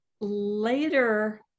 Later